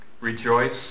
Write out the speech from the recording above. rejoice